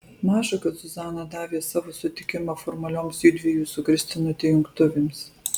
maža kad zuzana davė savo sutikimą formalioms judviejų su kristinute jungtuvėms